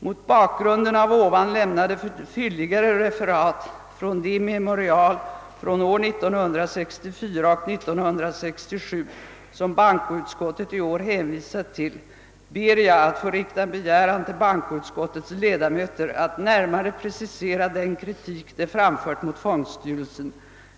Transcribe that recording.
Mot bakgrunden av här lämnade fylligare referat från de memorial från år 1964 och 1967 som bankoutskottet i år hänvisat till ber jag att få rikta en begäran till bankoutskottets ledamöter att närmare precisera den kritik de framfört mot fondstyrelsen.